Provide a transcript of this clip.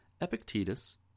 Epictetus